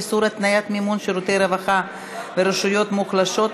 איסור התניית מימון שירותי רווחה ברשויות מוחלשות),